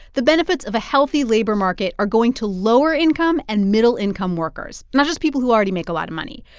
the benefits of a healthy labor market are going to lower-income and middle-income workers, not just people who already make a lot of money.